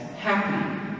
Happy